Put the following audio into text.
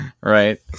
Right